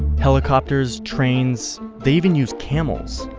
helicopters, trains, they even use camels.